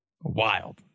wild